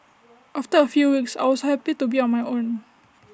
after A few weeks I was happy to be on my own